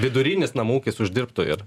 vidurinis namų ūkis uždirbtų ir